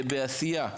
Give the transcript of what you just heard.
בעשייה.